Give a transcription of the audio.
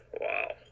Wow